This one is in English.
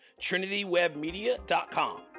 trinitywebmedia.com